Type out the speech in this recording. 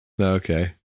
Okay